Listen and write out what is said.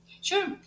Sure